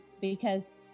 because-